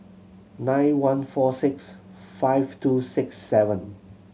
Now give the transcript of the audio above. nine one four six five two six seven